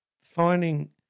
finding